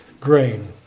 grain